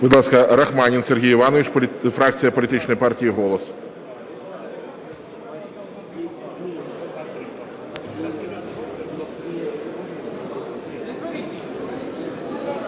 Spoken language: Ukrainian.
Будь ласка, Рахманін Сергій Іванович, фракція політичної партії "Голос".